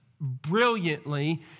brilliantly